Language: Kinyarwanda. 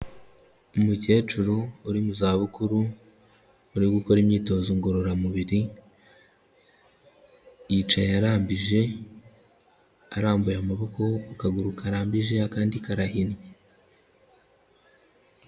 Umukecuru uri mu zabukuru uri gukora imyitozo ngororamubiri, yicaye arambije arambuye amaboko ku kaguru karambije akandi karahinnye.